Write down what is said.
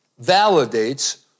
validates